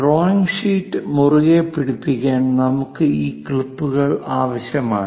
drawing sheet മുറുകെ പിടിക്കാൻ നമുക്ക് ഈ ക്ലിപ്പുകൾ ആവശ്യമാണ്